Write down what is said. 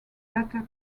data